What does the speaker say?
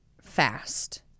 fast